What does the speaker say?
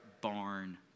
Barn